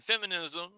feminism